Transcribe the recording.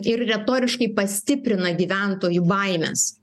ir retoriškai pastiprina gyventojų baimes